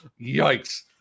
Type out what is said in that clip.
yikes